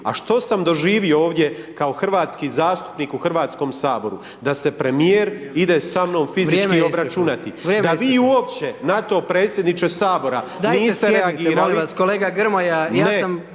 a što sam doživio ovdje, kao hrvatski zastupnik u Hrvatskom saboru, da se premjer ide sa mnom fizički obračunati. Da vi uopće na to predsjedniče Sabora niste reagirali.